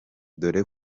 dore